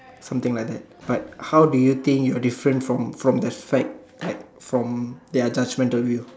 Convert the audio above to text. something like that but how do you think you are different from from the fact like from their judgemental view